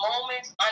moments